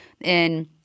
And-